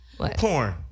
porn